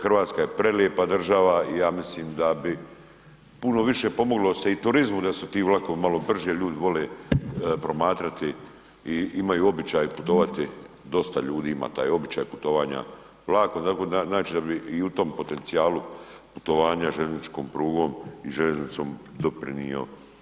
Hrvatska je prelijepa država i ja mislim da bi se puno više pomoglo i turizmu da su ti vlakovi malo brži, ljudi vole promatrati i imaju običaj putovati dosta ljudi ima taj običaj putovanja vlakom, znači da bi i u tom potencijalu putovanja željezničkom prugom i željeznicom doprinjeo.